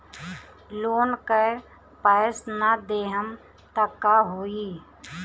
Loan का पैस न देहम त का होई?